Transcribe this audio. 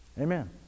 Amen